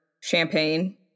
champagne